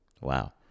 Wow